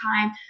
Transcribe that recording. time